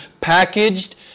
packaged